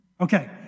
Okay